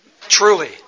Truly